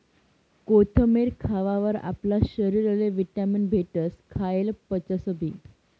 कोथमेर खावावर आपला शरीरले व्हिटॅमीन भेटस, खायेल पचसबी